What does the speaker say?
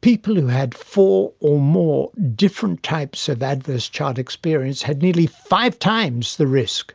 people who had four or more different types of adverse childhood experience had nearly five times the risk